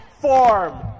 form